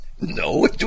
No